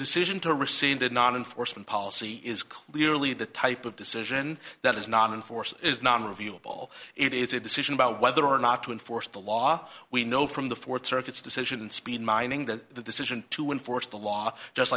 decision to receive did not enforcement policy is clearly the type of decision that is not in force is not reviewable it is a decision about whether or not to enforce the law we know from the fourth circuit's decision speed mining the decision to enforce the law just